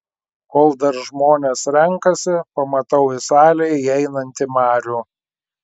kol dar žmonės renkasi pamatau į salę įeinantį marių